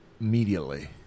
immediately